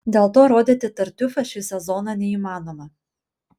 dėl to rodyti tartiufą šį sezoną neįmanoma